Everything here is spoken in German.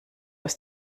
ist